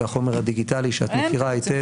והחומר הדיגיטלי שאת מכירה היטב.